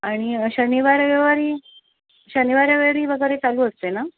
आणि शनिवार रविवारी शनिवार रविवारी वगैरे चालू असते ना